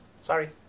sorry